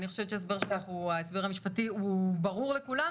אני חושבת שההסבר המשפטי הוא ברור לכולנו.